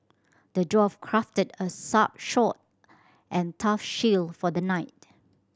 the dwarf crafted a sword and a tough shield for the knight